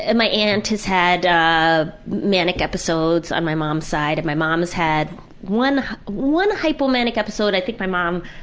and my aunt has had ah manic episodes on my mom's side and my mom has had one one hypomanic episode. i think my mom,